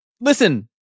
Listen